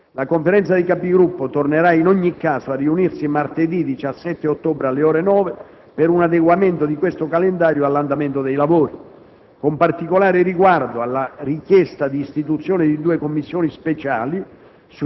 La Conferenza dei Capigruppo tornerà in ogni caso a riunirsi martedì 17 ottobre, alle ore 9, per un adeguamento di questo calendario all'andamento dei lavori, con particolare riguardo alla richiesta di istituzione di due Commissioni speciali